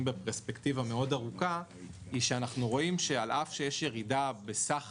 בפרספקטיבה מאוד ארוכה היא שאנחנו רואים שעל אף שיש ירידה בסך